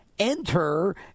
enter